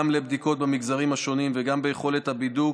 לבדיקות במגזרים השונים וגם ליכולת הבידוק,